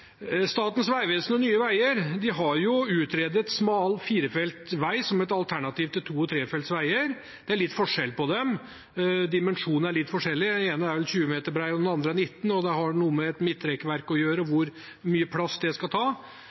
Statens vegvesen og Nye Veier har jo utredet smal firefelts vei som et alternativ til to- og trefelts vei. Det er litt forskjell på dem – dimensjonen er litt forskjellig. Den ene er 20 meter bred, den andre er 19 meter bred. Det har også noe med et midtrekkverk å gjøre og hvor mye plass det skal ta.